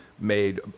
made